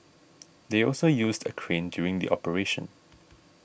they also used a crane during the operation